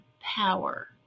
power